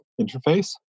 interface